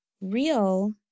real